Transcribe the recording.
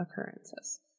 occurrences